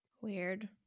Weird